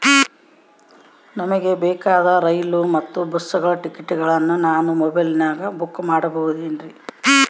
ನಮಗೆ ಬೇಕಾದ ರೈಲು ಮತ್ತ ಬಸ್ಸುಗಳ ಟಿಕೆಟುಗಳನ್ನ ನಾನು ಮೊಬೈಲಿನಾಗ ಬುಕ್ ಮಾಡಬಹುದೇನ್ರಿ?